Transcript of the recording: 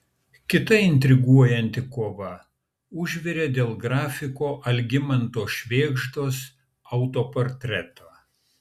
kita intriguojanti kova užvirė dėl grafiko algimanto švėgždos autoportreto